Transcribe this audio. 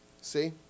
See